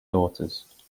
daughters